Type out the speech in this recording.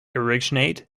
originate